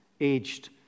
aged